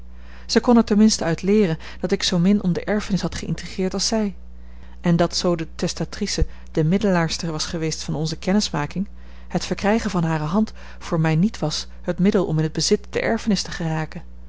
er ten minste uit leeren dat ik zoomin om de erfenis had geïntrigeerd als zij en dat zoo de testatrice de middelaarster was geweest van onze kennismaking het verkrijgen van hare hand voor mij niet was het middel om in t bezit der erfenis te geraken